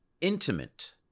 intimate